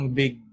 big